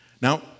Now